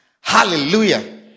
Hallelujah